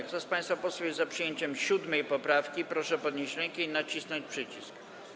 Kto z państwa posłów jest za przyjęciem 7. poprawki, proszę podnieść rękę i nacisnąć przycisk.